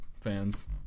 fans